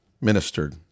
ministered